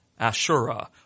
Ashura